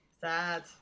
Sad